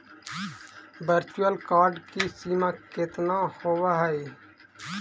virtual card की सीमा केतना होवअ हई